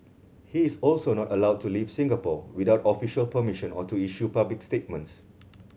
he is also not allowed to leave Singapore without official permission or to issue public statements